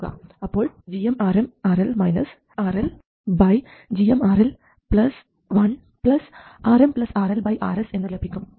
അപ്പോൾ gmRmRL RLgmRL1RmRL Rsഎന്നു ലഭിക്കും